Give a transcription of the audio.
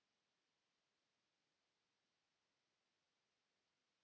Kiitos,